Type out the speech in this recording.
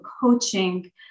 coaching